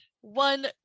one